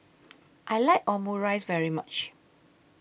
I like Omurice very much